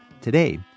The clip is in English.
Today